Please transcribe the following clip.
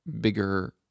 bigger